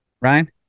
Ryan